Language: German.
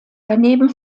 daneben